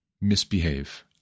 misbehave